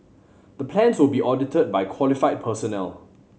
the plans will be audited by qualified personnel